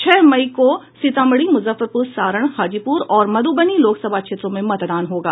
छह मई को पांचवे चरण में सीतामढ़ी मुजफ्फरपुर सारण हाजीपुर और मधुबनी लोकसभा क्षेत्रों में मतदान होगा